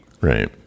Right